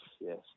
yes